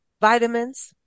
vitamins